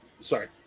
sorry